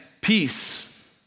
peace